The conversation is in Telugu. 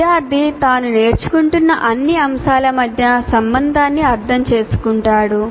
విద్యార్థి తాను నేర్చుకుంటున్న అన్ని అంశాల మధ్య సంబంధాన్ని అర్థం చేసుకుంటాడు